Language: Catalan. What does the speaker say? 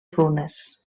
runes